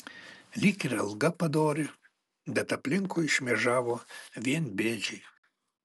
lyg ir alga padori bet aplinkui šmėžavo vien bėdžiai